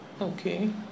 Okay